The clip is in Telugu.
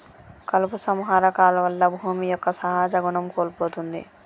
కలుపు సంహార కాలువల్ల భూమి యొక్క సహజ గుణం కోల్పోతుంది